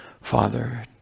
father